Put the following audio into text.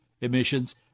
emissions